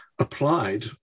applied